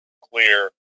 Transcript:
Clear